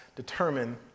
determine